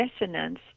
resonance